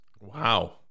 Wow